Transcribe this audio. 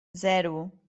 zero